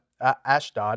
Ashdod